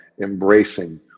embracing